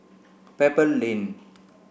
Pebble Lane